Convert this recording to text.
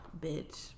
bitch